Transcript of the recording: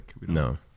No